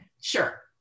sure